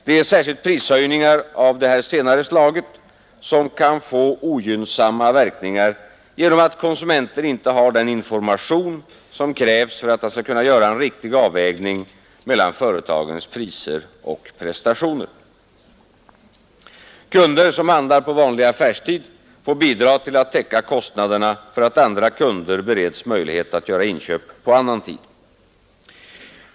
Det är särskilt prishöjningar av detta senare slag som kan få ogynnsamma verkningar genom att konsumenten inte har den information som krävs för att han skall kunna göra en riktig avvägning mellan företagens priser och prestationer. Kunder som handlar på vanlig affärstid får bidra till att täcka kostnaderna för att andra kunder bereds möjlighet att göra inköp på annan tid.